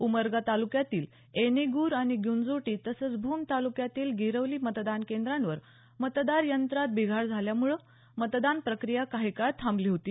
उमरगा तालुक्यातील येणेगुर आणि गुंजोटी तसंच भूम तालुक्यातील गिरवली मतदान केंद्रांवर मतदार यंत्रात बिघाड झाल्यामुळं मतदान प्रक्रिया काही काळ थांबली होती